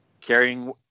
carrying